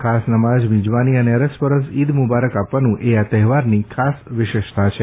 ખાસ નમાજ મિજબાની અને અરસપરસ ઇદ મૂબારક આપવાનું એ આ તહેવારની ખાસ વિશેષતા છે